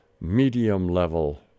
medium-level